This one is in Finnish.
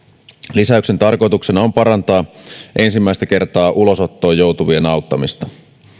lisäyksen tarkoituksena on parantaa ensimmäistä kertaa ulosottoon joutuvien auttamista